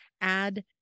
add